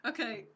Okay